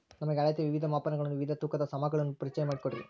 ನಮಗೆ ಅಳತೆಯ ವಿವಿಧ ಮಾಪನಗಳನ್ನು ವಿವಿಧ ತೂಕದ ಸಾಮಾನುಗಳನ್ನು ಪರಿಚಯ ಮಾಡಿಕೊಡ್ರಿ?